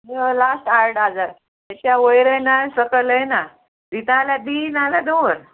last आट हजार ताच्या वयरय ना सकयलय ना दिता जाल्यार दी नाल्या दवर